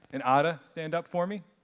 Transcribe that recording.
and otta stand up for me?